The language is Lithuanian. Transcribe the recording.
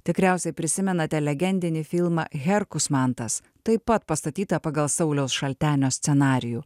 tikriausiai prisimenate legendinį filmą herkus mantas taip pat pastatytą pagal sauliaus šaltenio scenarijų